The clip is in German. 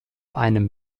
einem